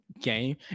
game